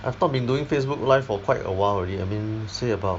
I've not been doing Facebook live for quite a while already I've been say about